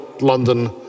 London